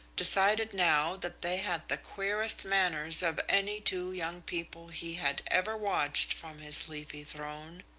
decided now that they had the queerest manners of any two young people he had ever watched from his leafy throne,